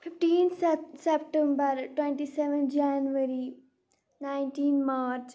fifteen September twenty seven January nineteen March